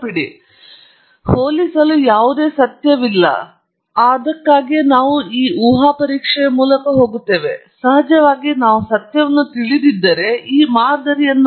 ಆದ್ದರಿಂದ ಹೋಲಿಸಲು ಯಾವುದೇ ಸತ್ಯವಿಲ್ಲ ಮತ್ತು ಅದಕ್ಕಾಗಿಯೇ ನಾವು ಈ ಊಹಾ ಪರೀಕ್ಷೆಯ ಮೂಲಕ ಹೋಗುತ್ತೇವೆ ಸಹಜವಾಗಿ ನಾವು ಸತ್ಯವನ್ನು ತಿಳಿದಿದ್ದರೆ ಈ ಮಾದರಿಯ ವ್ಯಾಯಾಮ ನಿರರ್ಥಕವಾಗಿದೆ